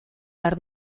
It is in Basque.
behar